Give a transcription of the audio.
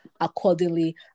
accordingly